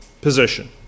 position